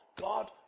God